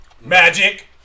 Magic